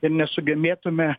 ir nesugebėtume